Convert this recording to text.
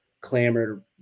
clamored